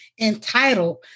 entitled